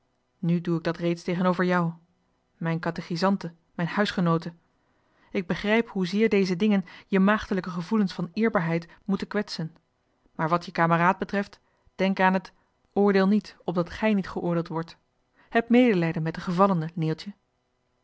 nu doe ik dat reeds tegenover jou mijn katechisante mijn huisgenoote ik begrijp hoezeer deze dingen je maagdelijke gevoelens van eerbaarheid moeten kwetsen maar wat je kameraad betreft johan de meester de zonde in het deftige dorp denk aan het oordeel niet opdat gij niet geoordeeld wordt hebt medelij met de gevallene neeltje